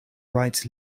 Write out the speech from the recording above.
rights